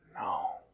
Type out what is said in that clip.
No